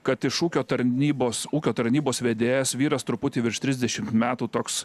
kad iš ūkio tarnybos ūkio tarnybos vedėjas vyras truputį virš trisdešimt metų toks